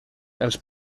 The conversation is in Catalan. els